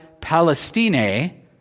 Palestine